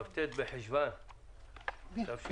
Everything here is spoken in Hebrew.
כ"ט בחשון התשפ"א.